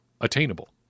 attainable